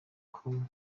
com